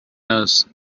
nurse